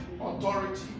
authority